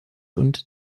und